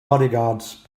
bodyguards